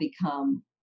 become